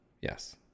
yes